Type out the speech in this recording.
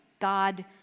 God